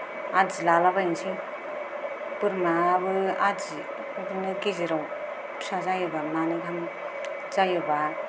आदि लालाबायनोसै बोरमाबो आदि बिदिनो गेजेराव फिसा जायोबा मानै गाहाम जायोबा